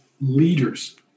leaders